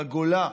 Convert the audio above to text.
בגולה.